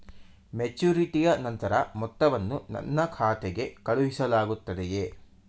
ಮೆಚುರಿಟಿಯ ನಂತರ ಮೊತ್ತವನ್ನು ನನ್ನ ಖಾತೆಗೆ ಕಳುಹಿಸಲಾಗುತ್ತದೆಯೇ?